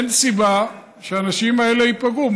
אין סיבה שהאנשים האלה ייפגעו.